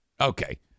Okay